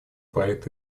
проект